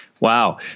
Wow